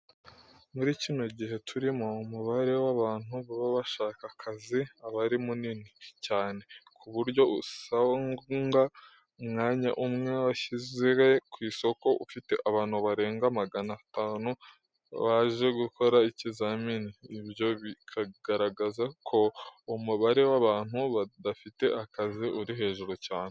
Muri kino gihe turimo, umubare w'abantu baba bashaka akazi aba ari munini cyane ku buryo usangwa umwanya umwe washyizwe ku isoko ufite abantu barenga magana atanu baje gukora ikizamini, ibyo bikagaragaza ko umubare w'abantu badafite akazi uri hejuru cyane.